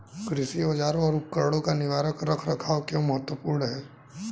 कृषि औजारों और उपकरणों का निवारक रख रखाव क्यों महत्वपूर्ण है?